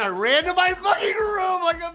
i ran to my like a like ah